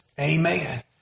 Amen